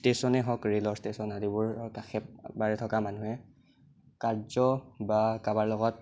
ষ্টেচনেই হওক ৰে'লৰ ষ্টেচন আদিবোৰৰ কাষে পাৰে থকা মানুহে কাৰ্য বা কাৰোবাৰ লগত